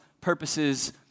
purposes